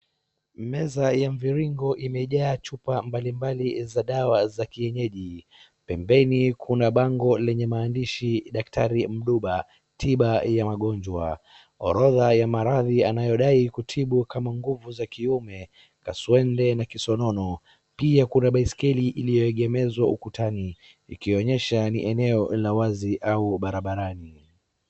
Meza ya mviringo imejaa chupa mbalimbali za dawa za kienyeji. Pembeni kuna bango lenye maandishi daktari Nduba, tiba ya magonjwa, orodha ya maradhi anayodai kutibu kama nguvu za kiume, kaswende na kisonono, pia kuna baiskeli iliyoegezwa ukutani, ikionyesha ni maeneo ya wazi au barabarani.